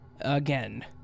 Again